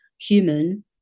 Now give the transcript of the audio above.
human